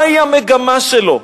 מהי המגמה שלו?